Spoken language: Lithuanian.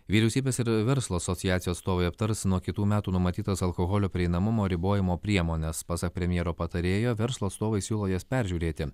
vyriausybės ir verslo asociacijų atstovai aptars nuo kitų metų numatytas alkoholio prieinamumo ribojimo priemones pasak premjero patarėjo verslo atstovai siūlo jas peržiūrėti